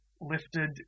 lifted